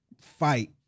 fight